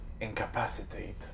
incapacitate